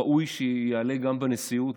ראוי שיעלה גם בנשיאות,